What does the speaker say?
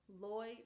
Lloyd